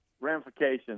ramifications